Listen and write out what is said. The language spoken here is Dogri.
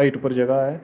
हाईट पर जगह ऐ